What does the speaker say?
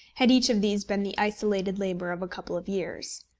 had each of these been the isolated labour of a couple of years.